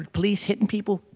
and police hitting people,